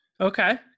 Okay